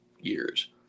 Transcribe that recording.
years